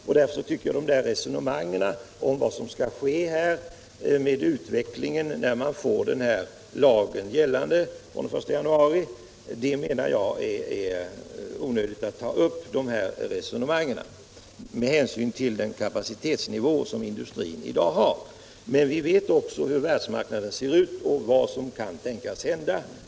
Jag menar att det med hänsyn till den kapacitetsnivå som industrin i dag har är onödigt att ta upp resonemangen om vad som skall ske när lagen träder i kraft den 1 januari. Men vi vet också hur världsmarknaden ser ut och vad som kan tänkas hända.